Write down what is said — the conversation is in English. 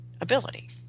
ability